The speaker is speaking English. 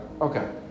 okay